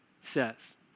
says